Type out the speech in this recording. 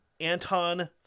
Anton